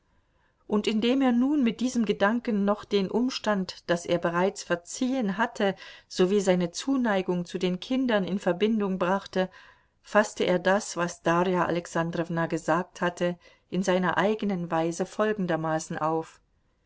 und indem er nun mit diesem gedanken noch den umstand daß er bereits verziehen hatte sowie seine zuneigung zu den kindern in verbindung brachte faßte er das was darja alexandrowna gesagt hatte in seiner eigenen weise folgendermaßen auf